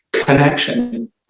connection